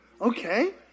Okay